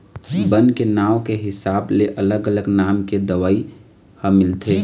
बन के नांव के हिसाब ले अलग अलग नाम के दवई ह मिलथे